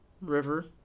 River